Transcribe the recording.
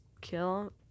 kill